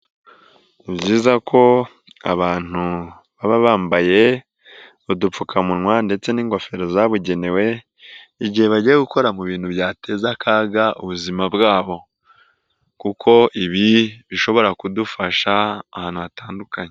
Byiza ko abantu baba bambaye udupfukamunwa ndetse n'ingofero zabugenewe, igihe bagiye gukora mu bintu byateza akaga ubuzima bwabo, kuko ibi bishobora kudufasha ahantu hatandukanye.